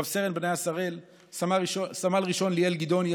רב-סרן בניה שראל וסמל ראשון ליאל גדעוני,